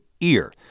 EAR